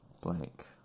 blank